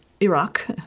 Iraq